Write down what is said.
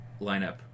lineup